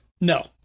No